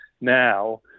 now